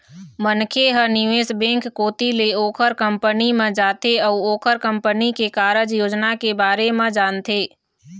मनखे ह निवेश बेंक कोती ले ओखर कंपनी म जाथे अउ ओखर कंपनी के कारज योजना के बारे म जानथे